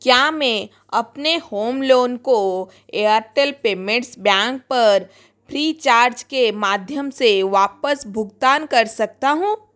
क्या मैं अपने होम लोन को एयरटेल पेमेंट्स बैंक पर फ्री चार्ज के माध्यम से वापस भुगतान कर सकता हूँ